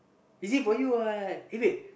easy for you what uh wait